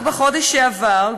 רק בחודש שעבר,